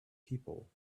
people